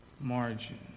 margin